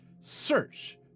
search